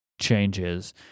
changes